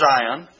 Zion